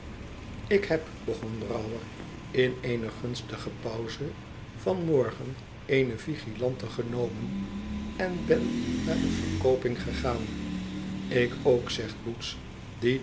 lik heb begon brouwer in eene gunstige pauze van morgen eene vigilante genomen en ben naar de verkooping gegaan lik ook zegt boots